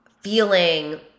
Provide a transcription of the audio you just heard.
feeling